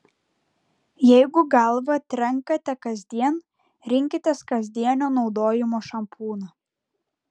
jeigu galvą trenkate kasdien rinkitės kasdienio naudojimo šampūną